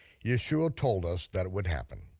yeshua told us that would happen.